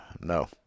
no